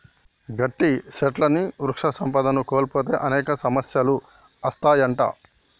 గట్టి సెట్లుని వృక్ష సంపదను కోల్పోతే అనేక సమస్యలు అత్తాయంట